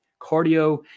cardio